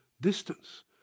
distance